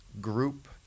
Group